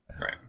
Right